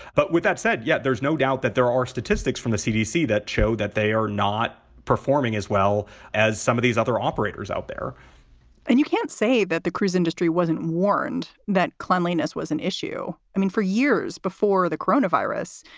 but with that said, yeah, there's no doubt that there are statistics from the cdc that show that they are not performing as well as some of these other operators out there and you can't say that the cruise industry wasn't warned that cleanliness was an issue. i mean, four years before the corona virus,